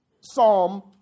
Psalm